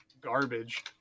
garbage